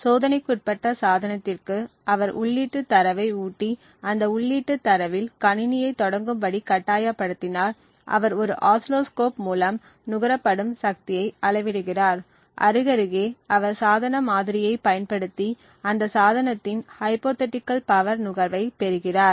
சோதனைக்குட்பட்ட சாதனத்திற்கு அவர் உள்ளீட்டுத் தரவை ஊட்டி அந்த உள்ளீட்டுத் தரவில் கணினியைத் தொடங்கும்படி கட்டாயப்படுத்தினால் அவர் ஒரு ஆசிலோஸ்கோப் மூலம் நுகரப்படும் சக்தியை அளவிடுகிறார் அருகருகே அவர் சாதன மாதிரியைப் பயன்படுத்தி அந்த சாதனத்தின் ஹைப்போதீட்டிகள் பவர் நுகர்வைப் பெறுகிறார்